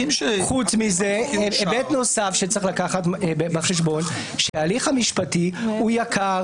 חוץ מזה היבט נוסף שצריך לקחת בחשבון שההליך המשפטי הוא יקר,